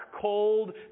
cold